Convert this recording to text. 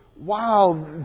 Wow